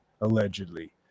allegedly